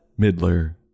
Midler